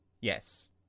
Yes